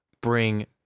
bring